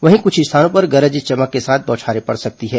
वहीं कुछ स्थानों पर गरज चमक के साथ बौछारें पड़ सकती है